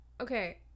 okay